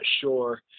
sure